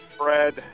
spread